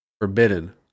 Forbidden